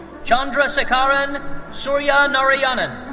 chandrasekaran sooryanarayanan.